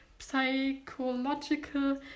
psychological